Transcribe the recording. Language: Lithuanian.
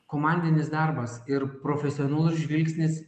komandinis darbas ir profesionalus žvilgsnis